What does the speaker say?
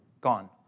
gone